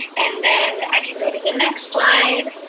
and then i can go to the next slide.